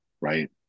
right